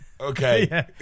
okay